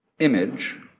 image